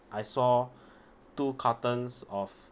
I saw two cartons of